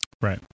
Right